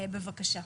בבקשה.